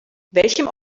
welchem